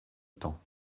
temps